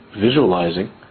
visualizing